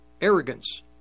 arrogance